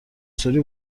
سوری